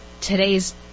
today's